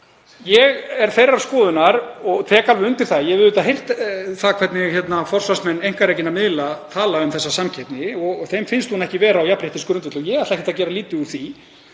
Ég er þeirrar skoðunar og tek alveg undir það — ég hef auðvitað heyrt það hvernig forsvarsmenn einkarekinna miðla tala um þessa samkeppni. Þeim finnst hún ekki vera á jafnréttisgrundvelli og ég ætla ekkert að gera lítið úr því.